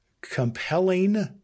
compelling